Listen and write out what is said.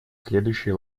следующий